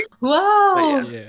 Wow